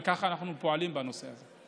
וככה אנחנו פועלים בנושא הזה.